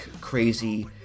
crazy